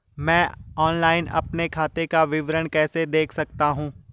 मैं ऑनलाइन अपने खाते का विवरण कैसे देख सकता हूँ?